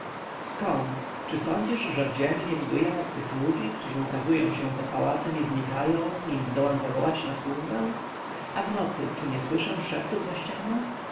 skąd czy sądzisz że w dzień nie widuję obcych ludzi którzy ukazują się pod pałacem i znikają nim zdołam zawołać na służbę a w nocy czy nie słyszę szeptów za ścianą